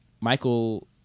michael